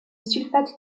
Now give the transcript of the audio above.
sulfate